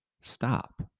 stop